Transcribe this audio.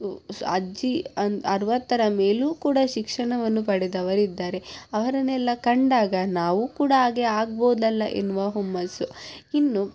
ಅಜ್ಜಿ ಅನ್ ಅರವತ್ತರ ಮೇಲೂ ಕೂಡ ಶಿಕ್ಷಣವನ್ನು ಪಡೆದವರಿದ್ದಾರೆ ಅವರನ್ನೆಲ್ಲ ಕಂಡಾಗ ನಾವು ಕೂಡ ಹಾಗೆ ಆಗ್ಬೋದಲ್ಲ ಎನ್ನುವ ಹುಮ್ಮಸ್ಸು ಇನ್ನು